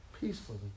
peacefully